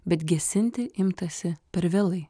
bet gesinti imtasi per vėlai